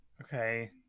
Okay